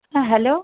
হ্যাঁ হ্যালো